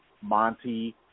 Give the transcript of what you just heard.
Monty